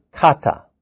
kata